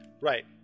Right